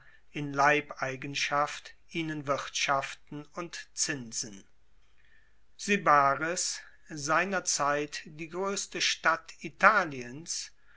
in leibeigenschaft ihnen wirtschaften und zinsen sybaris seiner zeit die groesste stadt italiens